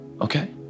Okay